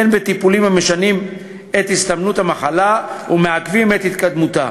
הן בטיפולים המשנים את הסתמנות המחלה ומעכבים את התקדמותה,